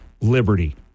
Liberty